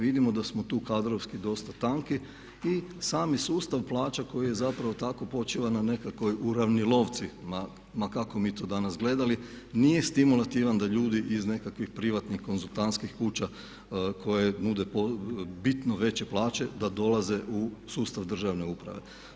Vidimo da smo tu kadrovski dosta tanki i sami sustav plaća koji je zapravo tako počiva na nekakvoj uravnilovci ma kako mi to danas gledali nije stimulativan da ljudi iz nekakvih privatnih konzultantskih kuća koje nude bitno veće plaće da dolaze u sustav državne uprave.